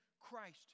Christ